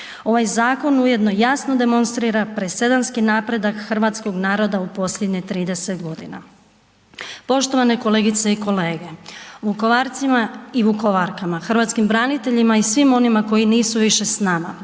Ovaj zakon ujedno jasno demonstrira presedanski napredak hrvatskog naroda u posljednjih 30 godina. Poštovane kolegice i kolege, Vukovarcima i Vukovarkama, hrvatskim braniteljima i svima onima koji nisu više s nama